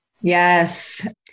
Yes